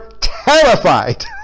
terrified